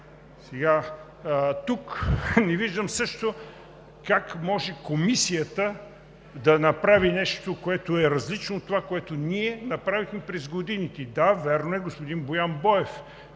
– тук не виждам също как може Комисията да направи нещо, което е различно от това, което ние направихме през годините. Да, вярно е, господин Боян Боев